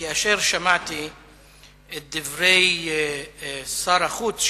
כאשר שמעתי את דברי שר החוץ,